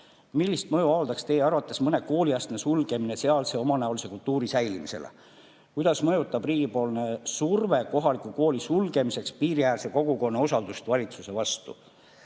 Millist mõju avaldaks Teie arvates mõne kooliastme sulgemine sealse omanäolise kultuuri säilimisele? Kuidas mõjutab riigipoolne surve kohaliku kooli sulgemiseks piiriäärse kogukonna usaldust valitsuse vastu?"